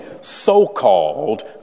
so-called